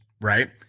right